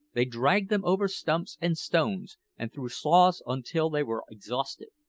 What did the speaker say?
they dragged them over stumps and stones and through sloughs until they were exhausted.